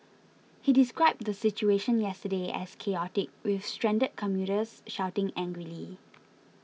he described the situation yesterday as chaotic with stranded commuters shouting angrily